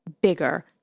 bigger